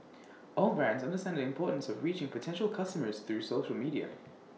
all brands understand the importance of reaching potential customers through social media